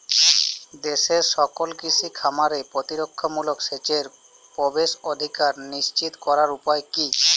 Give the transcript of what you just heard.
দেশের সকল কৃষি খামারে প্রতিরক্ষামূলক সেচের প্রবেশাধিকার নিশ্চিত করার উপায় কি?